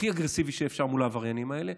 הכי אגרסיבי שאפשר, מול העבריינים האלה.